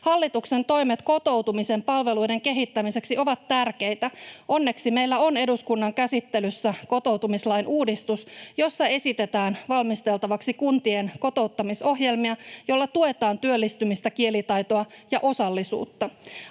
Hallituksen toimet kotoutumisen palveluiden kehittämiseksi ovat tärkeitä. Onneksi meillä on eduskunnan käsittelyssä kotoutumislain uudistus, jossa esitetään valmisteltavaksi kuntien kotouttamisohjelmia, joilla tuetaan työllistymistä, kielitaitoa ja osallisuutta.